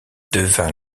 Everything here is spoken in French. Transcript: devint